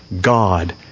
God